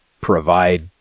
provide